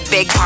Big